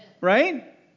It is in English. right